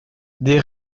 des